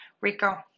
Rico